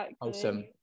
awesome